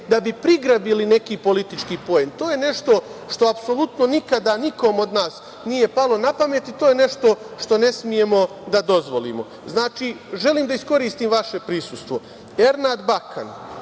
da bi prigrabili neki politički poen. To je nešto što apsolutno nikada nikome od nas nije palo na pamet i to je nešto što ne smemo da dozvolimo. Znači, želim da iskoristim vaše prisustvo, Ernad Bakan